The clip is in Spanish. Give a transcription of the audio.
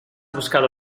buscado